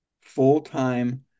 full-time